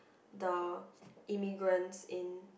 the immigrants in